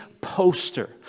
poster